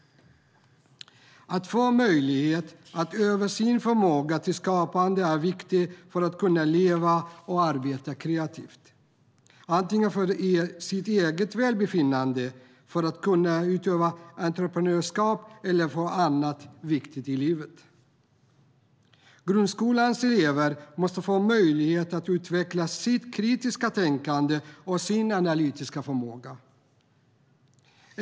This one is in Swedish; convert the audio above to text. Att få möjlighet att öva sin förmåga till skapande är viktigt för att kunna leva och arbeta kreativt, antingen för sitt eget välbefinnande, för att kunna utöva entreprenörskap eller för annat viktigt i livet. Grundskolans elever måste få möjlighet att utveckla sitt kritiska tänkande och sin analytiska förmåga.